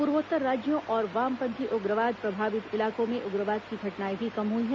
पूर्वोत्तर राज्यों और वामपंथी उग्रवाद प्रभावित इलाकों में उग्रवाद की घटनाएं भी कम हुई हैं